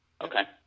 Okay